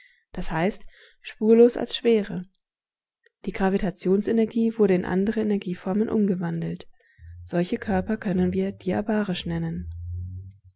das heißt spurlos als schwere die gravitationsenergie wurde in andere energieformen umgewandelt solche körper können wir diabarisch nennen